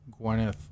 gwyneth